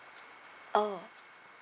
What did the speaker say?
orh